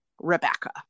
Rebecca